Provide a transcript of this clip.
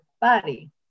body